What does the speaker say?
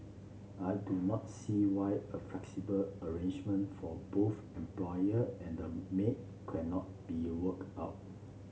I do not see why a flexible arrangement for both employer and maid cannot be worked out